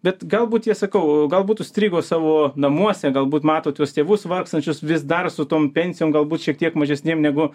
bet galbūt jie sakau galbūt užstrigo savo namuose galbūt mato tuos tėvus vargstančius vis dar su tom pensijom galbūt šiek tiek mažesnėm negu